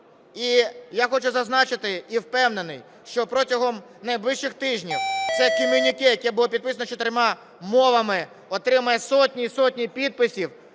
І я хочу зазначити, і впевнений, що протягом найближчих тижнів це комюніке, яке було підписано чотирма мовами, отримає сотні і сотні підписів